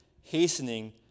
hastening